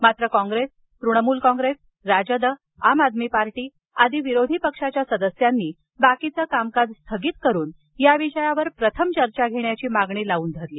मात्र कॉप्रेस तृणमूल कॉप्रेस राजद आम आदमी पार्टी आदी विरोधी पक्षाच्या सदस्यांनी बाकीचे कामकाज स्थगित करून या विषयावर प्रथम चर्चा घेण्याची मागणी लावून धरली